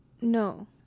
no